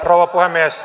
rouva puhemies